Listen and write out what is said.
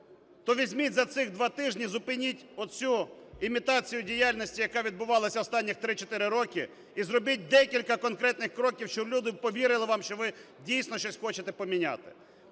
то візьміть за цих два тижні зупиніть оцю імітацію діяльності, яка відбувалася останніх 3-4 роки, і зробіть декілька конкретних кроків, щоб люди повірили вам, що ви дійсно щось хочете поміняти.